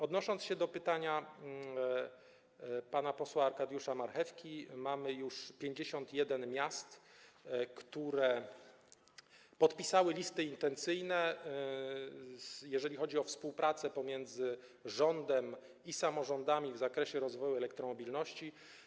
Odnosząc się do pytania pana posła Arkadiusza Marchewki, powiem, iż już 51 miast podpisało listy intencyjne, jeżeli chodzi o współpracę pomiędzy rządem a samorządami w zakresie rozwoju elektromobilności.